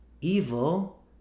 evil